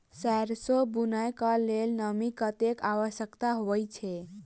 सैरसो बुनय कऽ लेल नमी कतेक आवश्यक होइ छै?